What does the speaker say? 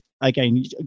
again